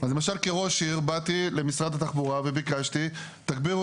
אז למשל כראש עיר באתי למשרד התחבורה וביקשתי תגבירו